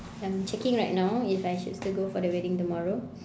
I'm checking right now if I should still go for the wedding tomorrow